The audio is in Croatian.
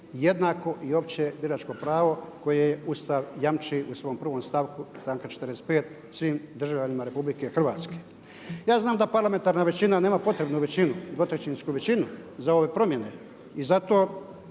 jednako i opće biračko pravo koje Ustav jamči u svom prvom stavku članka 45. svim državljanima RH. Ja znam da parlamentarna većina nema potrebnu većinu, dvotrećinsku većinu za ove promjene i zato